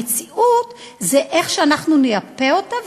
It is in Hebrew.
המציאות זה איך שאנחנו נייפה אותה,